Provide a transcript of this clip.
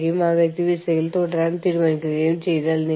നിങ്ങൾ പറയും ശരി ഞാൻ ജോലിയിൽ തുടരാം കുറഞ്ഞ കൂലിക്ക് ഞാൻ ജോലി ചെയ്യാം